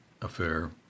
affair